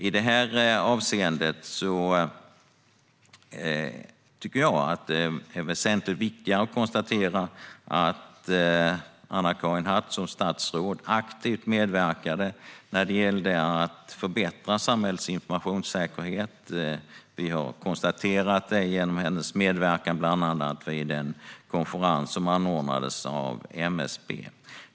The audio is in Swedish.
I det avseendet tycker jag att det är viktigare att konstatera att Anna-Karin Hatt som statsråd aktivt medverkade för att förbättra samhällets informationssäkerhet. Det har vi konstaterat genom hennes medverkan vid bland annat en konferens som anordnades av MSB.